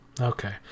okay